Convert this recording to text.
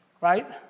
right